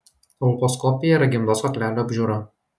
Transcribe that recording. kolposkopija yra gimdos kaklelio apžiūra